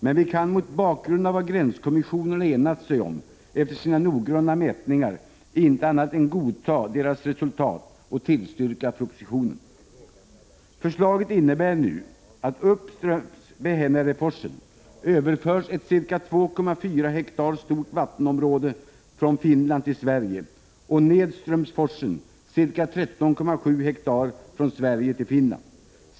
Men vi kan mot bakgrund av vad gränskommissionerna enat sig om efter sina noggranna mätningar inte annat än godta deras resultat och tillstyrka propositionen. Förslaget innebär att ett ca 2,4 hektar stort vattenområde uppströms Vähänäräforsen överförs från Finland till Sverige och ca 13,7 hektar nedströms forsen från Sverige till Finland.